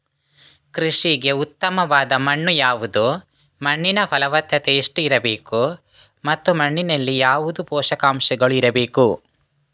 ಕೃಷಿಗೆ ಉತ್ತಮವಾದ ಮಣ್ಣು ಯಾವುದು, ಮಣ್ಣಿನ ಫಲವತ್ತತೆ ಎಷ್ಟು ಇರಬೇಕು ಮತ್ತು ಮಣ್ಣಿನಲ್ಲಿ ಯಾವುದು ಪೋಷಕಾಂಶಗಳು ಇರಬೇಕು?